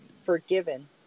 forgiven